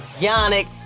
Yannick